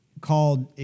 called